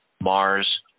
Mars